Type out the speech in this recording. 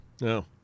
No